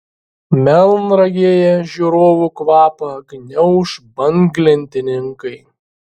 melnragėje žiūrovų kvapą gniauš banglentininkai